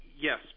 Yes